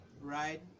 right